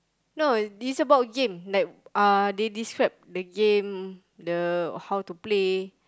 no it's about game like uh they describe the game the how to play